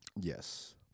Yes